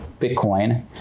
Bitcoin